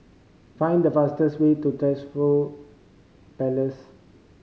find the fastest way to Trevose Palace